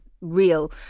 real